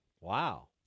Wow